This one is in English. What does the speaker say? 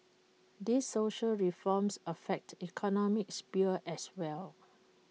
these social reforms affect economic sphere as well